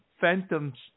Phantoms